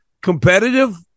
competitive